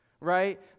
right